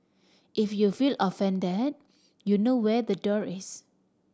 if you feel offended you know where the door is